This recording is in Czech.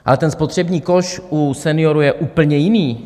Ale ten spotřební koš u seniorů je úplně jiný.